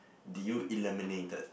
do you eliminated